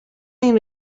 این